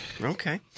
Okay